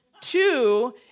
Two